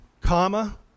comma